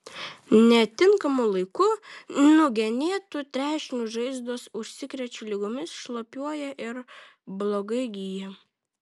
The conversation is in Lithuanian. netinkamu laiku nugenėtų trešnių žaizdos užsikrečia ligomis šlapiuoja ir blogai gyja